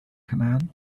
command